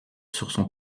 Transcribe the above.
sur